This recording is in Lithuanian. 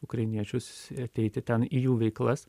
ukrainiečius ateiti ten į jų veiklas